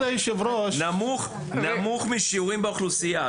נמוך משיעורים באוכלוסייה.